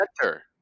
Center